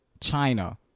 China